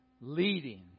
leading